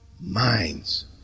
minds